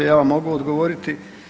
Ja vam mogu odgovoriti.